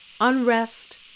unrest